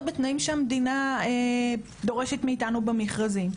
בתנאים שהמדינה דורשת מאיתנו במכרזים.